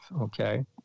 okay